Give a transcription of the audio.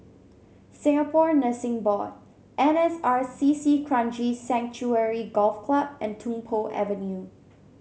Singapore Nursing Board N S R C C Kranji Sanctuary Golf Club and Tung Po Avenue